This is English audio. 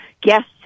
guests